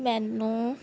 ਮੈਨੂੰ